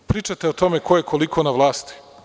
Pričate o tome ko je koliko na vlasti.